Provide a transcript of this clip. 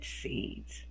seeds